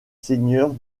seigneurs